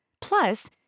Plus